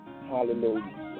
Hallelujah